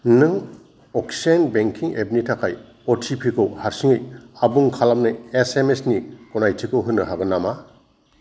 नों oxygen banking एपनि थाखाय अ टि पि खौ हारसिङै आबुं खालामनो एस एम एस नि गनायथिखौ होनो हागोन नामा